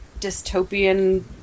dystopian